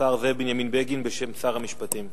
השר זאב בנימין בגין בשם שר המשפטים.